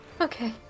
okay